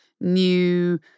new